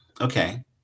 Okay